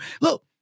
look